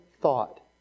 thought